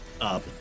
up